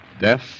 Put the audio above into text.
Death